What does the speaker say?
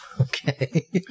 Okay